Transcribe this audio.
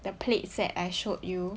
the plaid set I showed you